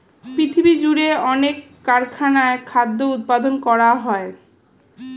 পৃথিবীজুড়ে অনেক কারখানায় খাদ্য উৎপাদন করা হয়